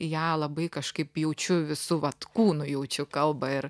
į ją labai kažkaip jaučiu visu vat kūnu jaučiu kalbą ir